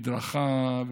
מדרכה,